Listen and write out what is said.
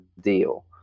deal